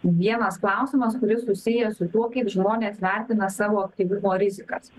vienas klausimas kuris susijęs su tuo kaip žmonės vertina savo aktyvumo rizikas